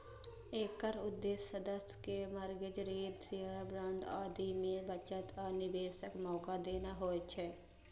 एकर उद्देश्य सदस्य कें मार्गेज, ऋण, शेयर, बांड आदि मे बचत आ निवेशक मौका देना होइ छै